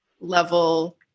level